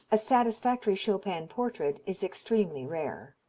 a satisfactory chopin portrait is extremely rare.